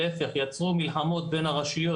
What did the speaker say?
להיפך, מלחמות בין הרשויות.